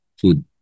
food